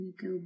Go